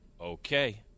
Okay